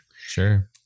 Sure